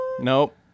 Nope